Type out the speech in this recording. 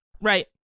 right